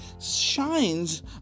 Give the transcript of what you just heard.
shines